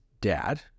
dad